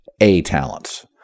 A-talents